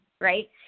Right